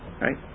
right